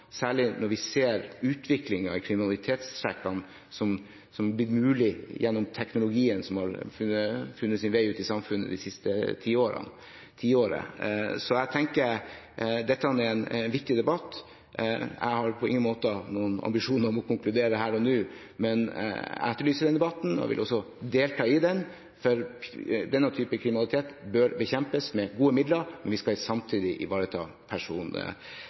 blitt mulig gjennom teknologien som har funnet sin vei ut i samfunnet det siste tiåret. Jeg tenker at dette er en viktig debatt. Jeg har på ingen måte noen ambisjon om å konkludere her og nå, men jeg etterlyser denne debatten og vil også delta i den. Denne typen kriminalitet bør bekjempes med gode midler, men vi skal samtidig ivareta